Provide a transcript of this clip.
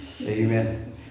amen